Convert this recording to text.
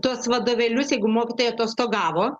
tuos vadovėlius jeigu mokytojai atostogavo